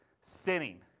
sinning